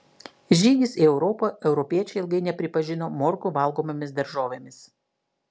žygis į europą europiečiai ilgai nepripažino morkų valgomomis daržovėmis